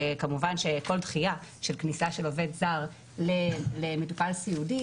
כשכמובן שכל דחייה של כניסה של עובד זר למטופל סיעודי,